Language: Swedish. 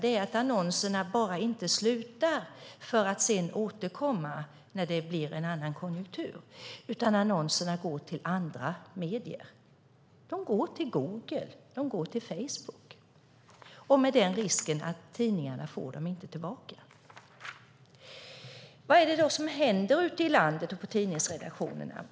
Det är att annonserna inte bara upphör för att sedan återkomma när det blir en annan konjunktur, utan annonserna går till andra medier. De går till Google och de går till Facebook och med risken att tidningarna inte får dem tillbaka. Vad är det då som händer ute i landet och på tidningsredaktionerna?